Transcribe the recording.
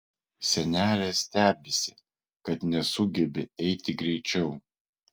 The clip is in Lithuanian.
senelė stebisi kad nesugebi eiti greičiau